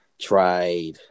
tried